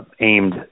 aimed